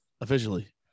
officially